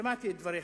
שמעתי את דבריך,